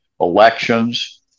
elections